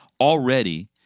already